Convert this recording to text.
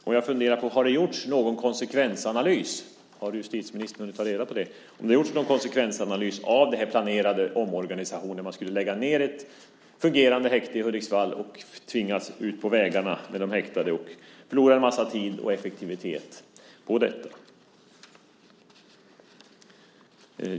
Och jag funderar: Har det gjorts någon konsekvensanalys - har justitieministern hunnit ta reda på det - av den planerade omorganisationen, nämligen att man skulle lägga ned ett fungerande häkte i Hudiksvall så att man tvingas ut på vägarna med de häktade och förlorar en massa tid och effektivitet på detta?